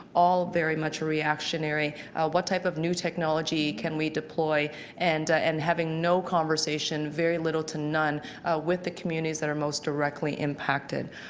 all very much reactionary what type of new technology can we deploy and and having no conversation very little to none with the communities that are most directly impacted.